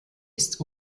ist